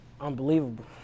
unbelievable